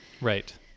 Right